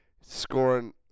scoring